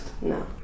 No